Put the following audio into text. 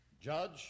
Judge